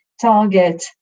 target